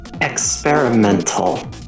experimental